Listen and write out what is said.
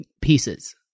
pieces